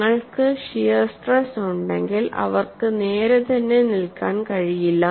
നിങ്ങൾക്ക് shear stress ഉണ്ടെങ്കിൽ അവർക്ക് നേരെ തന്നെ നിൽക്കാൻ കഴിയില്ല